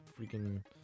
freaking